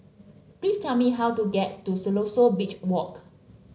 please tell me how to get to Siloso Beach Walk